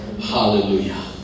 Hallelujah